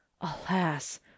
Alas